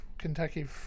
kentucky